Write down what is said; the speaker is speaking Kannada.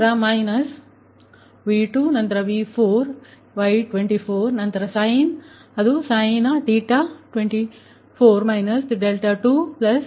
ನಂತರ ಮೈನಸ್ V2ನಂತರ V4ನಂತರ Y24 ನಂತರ sin 24 24